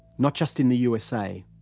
not just in the usa,